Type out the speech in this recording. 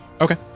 Okay